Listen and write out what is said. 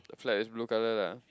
the flag is blue color lah